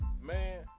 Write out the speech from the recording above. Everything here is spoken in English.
Man